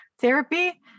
therapy